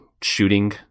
shooting